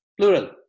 plural